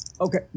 Okay